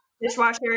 dishwasher